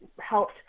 helped